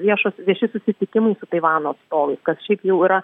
viešas vieši susitikimai su taivano atstovais kas šiaip jau yra